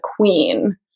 queen